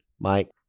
Mike